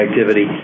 activity